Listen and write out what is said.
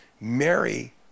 Mary